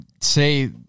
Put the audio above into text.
say